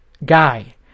guy